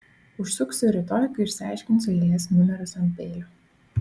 užsuksiu rytoj kai išsiaiškinsiu eilės numerius ant peilio